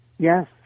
Yes